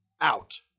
out